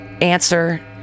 answer